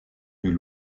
droit